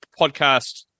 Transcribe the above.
podcast